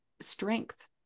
strength